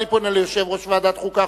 אני פונה אל יושב-ראש ועדת החוקה,